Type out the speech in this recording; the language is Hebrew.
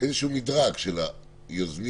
איזשהו מדרג של היוזמים,